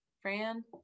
Fran